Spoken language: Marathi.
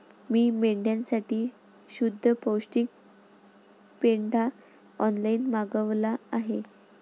मी मेंढ्यांसाठी शुद्ध पौष्टिक पेंढा ऑनलाईन मागवला आहे